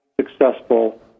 successful